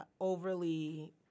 overly